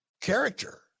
character